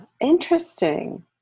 Interesting